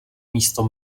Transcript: místo